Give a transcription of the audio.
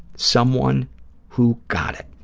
someone who got it.